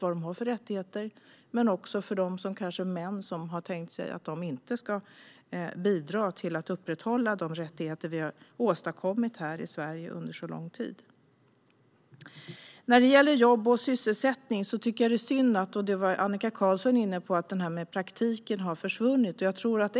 Det gäller även för de män som inte har tänkt sig att de ska bidra till att upprätthålla de rättigheter vi efter lång tid har lyckats åstadkomma i Sverige. När det gäller jobb och sysselsättning är det synd, och det var även Annika Qarlsson inne på, att praktiken har försvunnit.